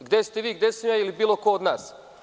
Gde ste vi, gde sam ja ili bilo ko od nas.